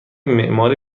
معماری